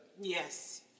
Yes